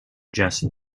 just